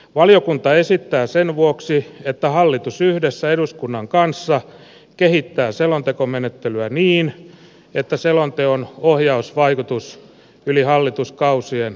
valiokunta esittää sen vuoksi että hallitus yhdessä eduskunnan kanssa kehittää selontekomenettelyä niin että selonteon ohjausvaikutus yli hallituskausien vahvistuu